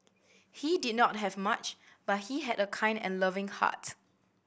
he did not have much but he had a kind and loving heart